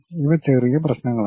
ഇവ ചെറിയ പ്രശ്നങ്ങളാണ്